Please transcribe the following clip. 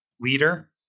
leader